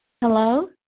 Hello